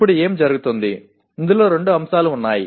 ఇప్పుడు ఏమి జరుగుతుంది ఇందులో రెండు అంశాలు ఉన్నాయి